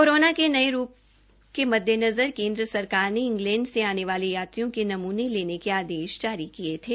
corona के नये रूप के मद्देदनजर केन्द्र सरकार ने इंग्लेंड से आने वाले यात्रियों के नमूने लेने के आदेश जारी किए थे